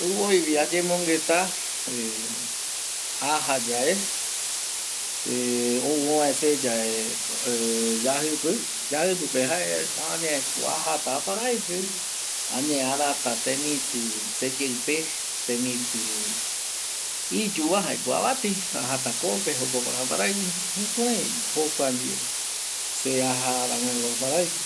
Ouvoivi ayemongueta ajayave ou ovae seve yajipi, yajipi pe jae añeko ajata aparaiki añe arat temiti seyeipe, temiti iyuba jaeko abati ajat ko pe jokope ata aparaiki.